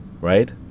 right